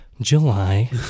July